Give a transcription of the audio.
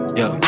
yo